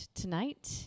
tonight